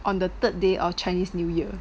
on the third day of chinese new year